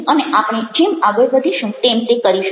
અને આપણે જેમ આગળ વધીશું તેમ તે કરીશું